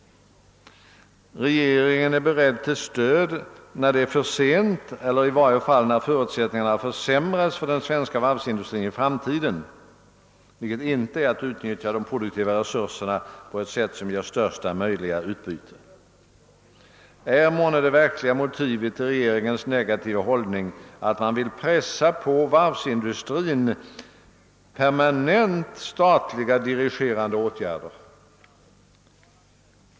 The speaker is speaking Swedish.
Regeringen är vidare beredd att ge stöd när det nästan är för sent — eller i varje fall när förutsättningarna försämrats för den svenska varvsindustrin i framtiden — och detta är inte att utnyttja de produktiva resurserna på ett sätt som ger största möjliga utbyte. Är månne det verkliga motivet till regeringens negativa hållning att man vill pressa varvsindustrin med permanenta statliga dirigerande åtgärder?